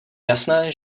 jasné